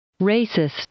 racist